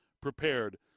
prepared